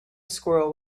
squirrel